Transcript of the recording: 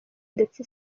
ndetse